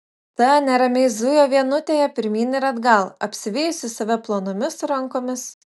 ta neramiai zujo vienutėje pirmyn ir atgal apsivijusi save plonomis rankomis